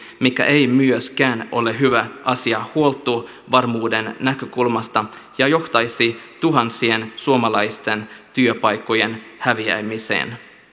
mikä ei myöskään ole hyvä asia huoltovarmuuden näkökulmasta ja johtaisi tuhansien suomalaisten työpaikkojen häviämiseen